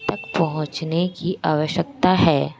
तक पहुँचने की आवश्यकता है